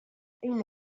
أين